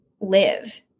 live